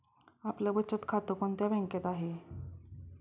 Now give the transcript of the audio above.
आपलं बचत खातं कोणत्या बँकेत आहे?